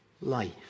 life